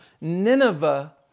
Nineveh